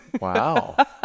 Wow